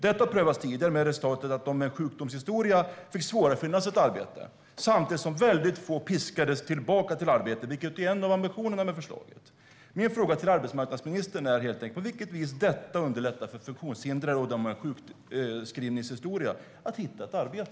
Detta prövades tidigare med resultatet att de med sjukskrivningshistoria fick svårare att finna ett arbete, samtidigt som väldigt få piskades tillbaka till arbetet, vilket - som jag har förstått det - var en av ambitionerna. Min fråga till arbetsmarknadsministern är helt enkelt på vilket vis detta underlättar för funktionshindrade och människor med lång sjukskrivningshistoria att hitta ett arbete.